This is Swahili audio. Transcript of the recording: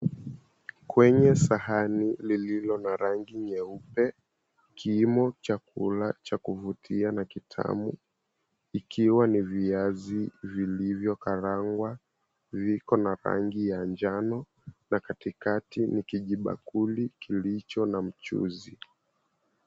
Kwenye sahani lililo na rangi nyeupe, kimo chakula cha kuvutia na kitamu, ikiwa ni viazi vilivyokarangwa viko na rangi ya njano na katikati ni kijibakuli kilicho na mchuzi.